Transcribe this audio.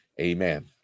Amen